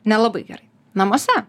nelabai gerai namuose